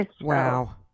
Wow